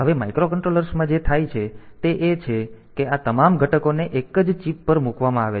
હવે માઇક્રોકન્ટ્રોલર્સ માં જે થાય છે તે એ છે કે આ તમામ ઘટકોને એક જ ચિપ પર મૂકવામાં આવે છે